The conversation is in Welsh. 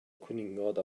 cwningod